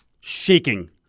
shaking